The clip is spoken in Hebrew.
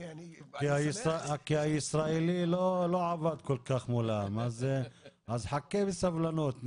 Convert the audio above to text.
כי הישראלי לא עבד כל-כך מולם אז חכה בסבלנות,